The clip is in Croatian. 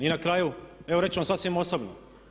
I na kraju evo reći ću vam sasvim osobno.